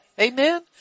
Amen